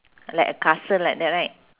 like a castle like that right